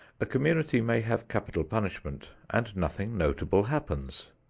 a community may have capital punishment and nothing notable happens.